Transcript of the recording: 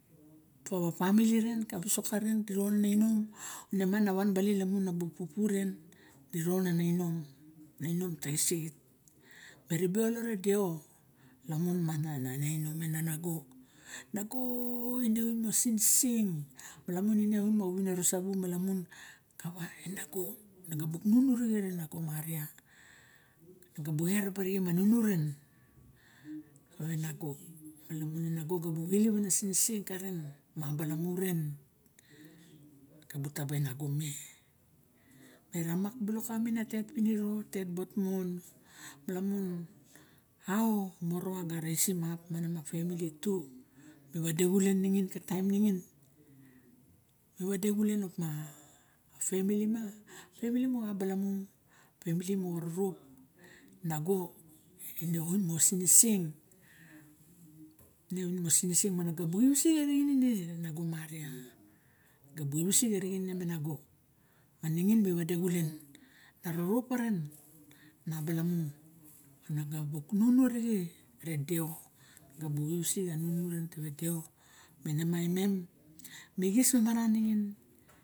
Kawa pamili ren tawa wisok karen di ron a inom na ma nawan bal lumun a bupupu ren di ron ana inom na inom tixisit meribe olot e deo lamun mana inom tarun man nago nago in oin moxa siniseng malamun ine oin moxo winiro sabu e nago na buk minu rixe re nago maria ne bu era ba rixe ma nunu ren tawe nago malamun e nago malamun e nago gubu elep ana siniseng karen ma abalamu ren na bu tabe nago me me remak silok kawa ma twt pinio a tet bot mon ma lamun am morowa ga raisim up a pemilito e wade xwen ningin ka taim ningin me wade xulen opma a pemimili ma pemili mo abalamu pemili moxa rorop nago in oin mo siniseng ine oin moxa sinisen mana bu iwisik arixin ine re nagoo maria ga bu iwisik arixin ine me nago ma ningin mi wase xulen arorop paren ma abala mu ren na ga buk nunu rixe re nago maria bu iwisik a nunu ren tewe deo